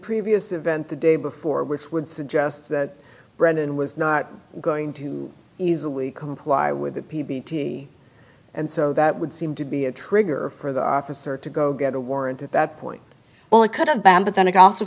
previous event the day before which would suggest that brennan was not going to easily comply with the p b t and so that would seem to be a trigger for the officer to go get a warrant at that point well it could have been but then it also